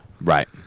Right